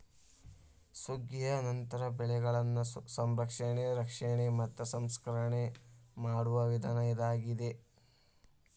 ಸುಗ್ಗಿಯ ನಂತರ ಬೆಳೆಗಳನ್ನಾ ಸಂರಕ್ಷಣೆ, ರಕ್ಷಣೆ ಮತ್ತ ಸಂಸ್ಕರಣೆ ಮಾಡುವ ವಿಧಾನ ಇದಾಗಿದೆ